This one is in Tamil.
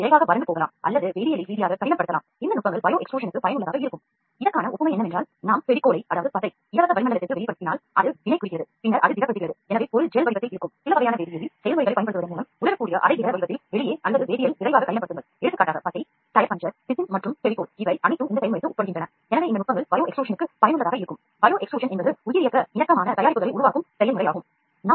இன்று அறுவை சிகிச்சையில் உபயோகப்படுத்தப்படும் ஸ்டேப்லர்களை எடுத்துக்காட்டாக எடுத்து கொள்ளலாம்